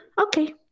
okay